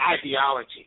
ideology